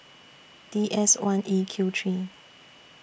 D S one E Q three